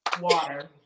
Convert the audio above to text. water